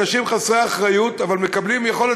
אנשים חסרי אחריות אבל מקבלים יכולת